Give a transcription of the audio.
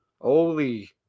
holy